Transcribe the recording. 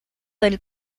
del